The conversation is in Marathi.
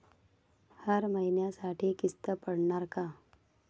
हर महिन्यासाठी किस्त पडनार का?